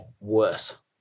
worse